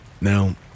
now